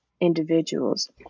individuals